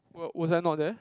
were was I not there